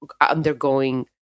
undergoing